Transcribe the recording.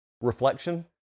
reflection